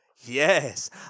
yes